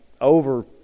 over